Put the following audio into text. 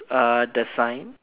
uh the sign